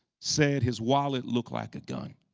said his wallet looked like a gun.